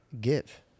give